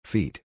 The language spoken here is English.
Feet